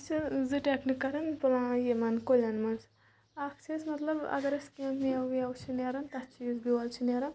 أسۍ چھِ زٕ ٹیکنہٕ کَران یِمن کُلین منٛز اکھ چھِ أسۍ مطلب اگر اَسہِ کیٚنٛہہ مٮ۪وٕ ویوٕ چھ نیران تَتھ چھِ یُس بیول چھ نیران